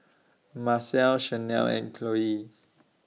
Marcelle Shanelle and Chloie